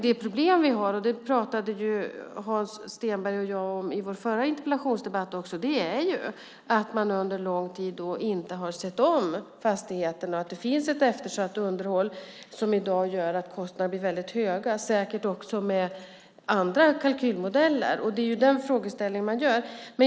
Det problem vi har, som Hans Stenberg och jag också pratade om i vår förra interpellationsdebatt, är att man under lång tid inte har sett om fastigheterna och att det finns ett eftersatt underhåll. Det gör att kostnaderna i dag blir väldigt höga, säkert också med andra kalkylmodeller. Det är den frågeställningen man har.